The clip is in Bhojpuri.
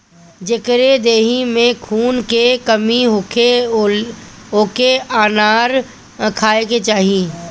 जेकरी देहि में खून के कमी होखे ओके अनार खाए के चाही